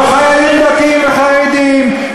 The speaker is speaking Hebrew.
לא חיילים דתיים וחרדים?